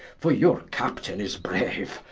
for your captaine is braue,